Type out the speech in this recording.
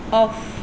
off